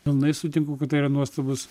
pilnai sutinku kad tai yra nuostabus